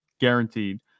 guaranteed